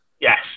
Yes